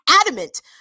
adamant